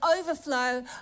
overflow